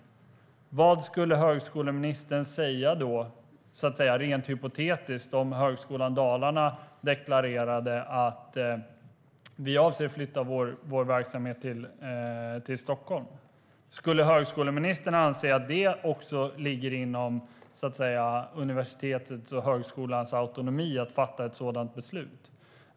Vad skulle högskoleministern säga, rent hypotetiskt, om Högskolan Dalarna deklarerade att man avser att flytta sin verksamhet till Stockholm? Skulle högskoleministern anse att det ligger inom universitetets och högskolans autonomi att fatta ett sådant beslut?